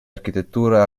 architettura